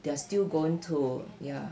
they are still going to ya